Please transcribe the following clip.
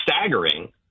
staggering